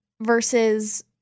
versus